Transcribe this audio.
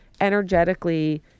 energetically